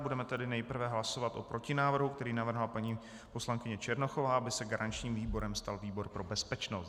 Budeme tedy nejprve hlasovat o protinávrhu, který navrhla paní poslankyně Černochová, aby se garančním výborem stal výbor pro bezpečnost.